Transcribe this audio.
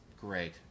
Great